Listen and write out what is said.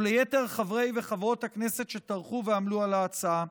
וליתר חברי וחברות הכנסת שטרחו ועמלו על ההצעה.